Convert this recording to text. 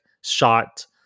shot